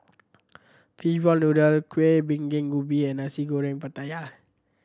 fishball noodle kuih binging ubi and Nasi Goreng Pattaya